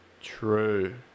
True